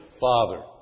father